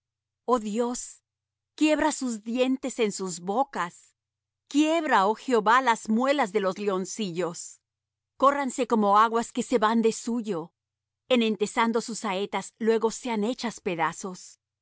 oh dios quiebra sus dientes en sus bocas quiebra oh jehová las muelas de los leoncillos corránse como aguas que se van de suyo en entesando sus saetas luego sean hechas pedazos